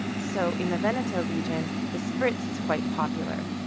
so, in the veneto region, the spritz is quite popular,